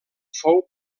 fou